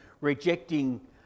rejecting